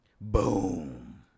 Boom